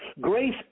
Grace